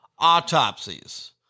autopsies